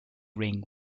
ring